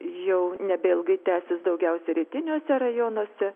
jau nebeilgai tęsis daugiausiai rytiniuose rajonuose